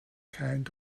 kind